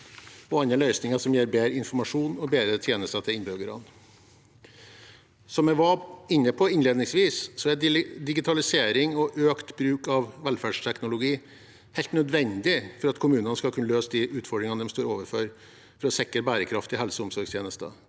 og andre løsninger som gir bedre informasjon og bedre tjenester til innbyggerne. Som jeg var inne på innledningsvis, er digitalisering og økt bruk av velferdsteknologi helt nødvendig for at kommunene skal kunne løse de utfordringene de står ovenfor for å sikre bærekraftige helse- og omsorgstjenester.